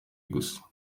gusa